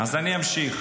אז אני אמשיך.